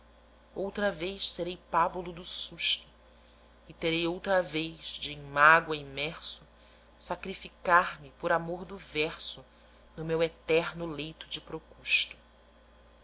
outra vez serei pábulo do susto e terei outra vez de em mágoa imerso sacrificar me por amor do verso no meu eterno leito de